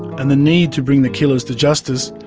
and the need to bring the killers to justice,